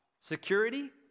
Security